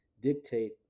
dictate